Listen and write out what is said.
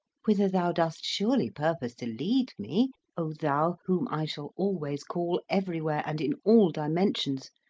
whither thou dost surely purpose to lead me o thou whom i shall always call, everywhere and in all dimensions,